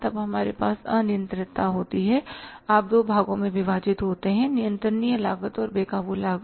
तब हमारे पास नियंत्रणीयता होती है आप दो भागों में विभाजित होते हैं नियंत्रणीय लागत और बे काबू लागत